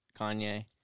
Kanye